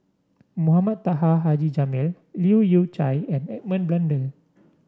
Mohamed Taha Haji Jamil Leu Yew Chye and Edmund Blundell